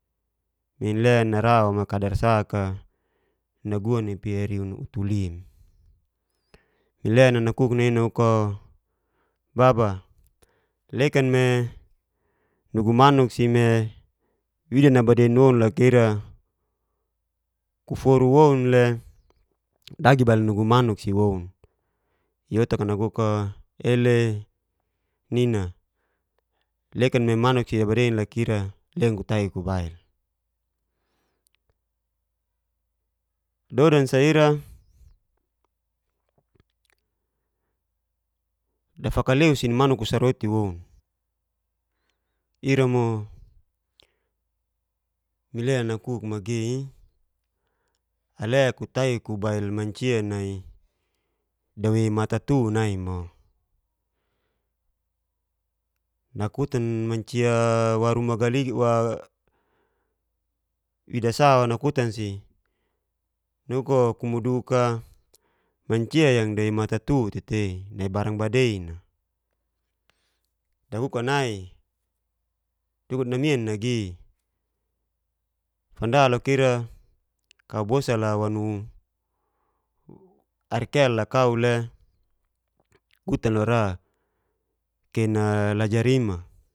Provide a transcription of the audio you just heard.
Minlena nara wama kadar sak'a naguan'i pia riun utulim, minlea nakuk nai'i nakuko baba lekan me nugu manuk si me wida nabadein woun loka ira kuforu woun le dagi bail nugu manuk si woun si woun, iyotak'a nakuko ele nina lekan me manuk si dabadei leka ira lekan kutagi kubail. Dodan sa ira dafakaleus'i nimanuk'a kusar roti woun ira mo minlena nakuk magei'i ale kutagi mancia nai dawei matatu nai mo, nakutan nai mancia wida sa'o nakutan si, nakuko kumuduk mancia yang dawei matatu te'tei nai barang badein'a, dakuko nai. Nagian nagi fanda loka ira kau bosa lau wanu wanu airkel lakau le gutan laura, kena lajarima.